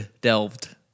delved